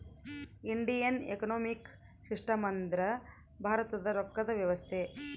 Indian economic system ಅಂದ್ರ ಭಾರತದ ರೊಕ್ಕದ ವ್ಯವಸ್ತೆ